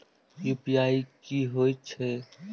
UPI की होई छै?